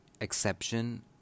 exception